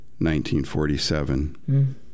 1947